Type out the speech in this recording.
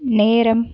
நேரம்